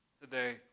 today